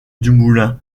dumoulin